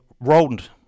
Rodent